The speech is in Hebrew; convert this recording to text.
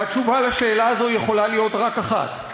והתשובה על השאלה הזאת יכולה להיות רק אחת: